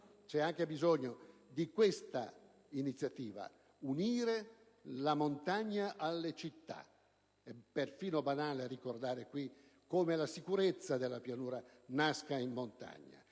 C'è anche bisogno di un'altra iniziativa: unire la montagna alle città. È perfino banale ricordare in questa sede come la sicurezza della pianura nasca in montagna,